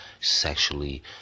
sexually